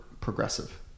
progressive